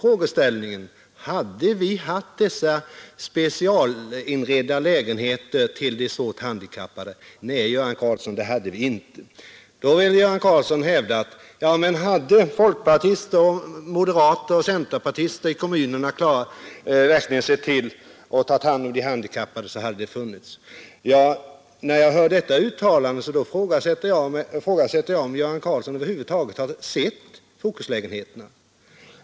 Kvar står frågan: Hade vi haft dessa specialinredda lägenheter till de svårt handikappade utan denna insamling? Nej, herr Karlsson, det hade vi inte. Då hävdar herr Karlsson, att hade folkpartister, moderater och centerpartister i kommunerna verkligen tagit hand om de handikappade så hade det funnits lägenheter till dem. Efter det uttalandet ifrågasätter jag om herr Karlsson över huvud taget har sett Fokuslägenheterna.